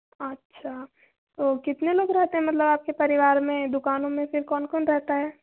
अच्छा वो कितने लोग रहते हैं मतलब आपके परिवार में दुकानों में फिर कौन कौन रहता है